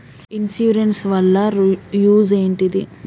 Insurance వాళ్ల use ఏంటిది?